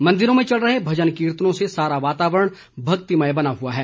मंदिरों में चल रहे भजन कीर्तनों से सारा वातावरण भक्तिमय बना हुआ है